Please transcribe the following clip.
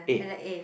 eh